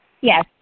Yes